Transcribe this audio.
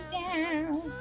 down